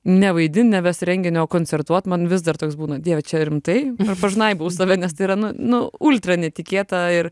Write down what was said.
ne vaidint ne vest renginio o koncertuot man vis dar toks būna dieve čia rimtai pažnaibau save nes tai yra nu nu ultra netikėta ir